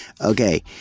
Okay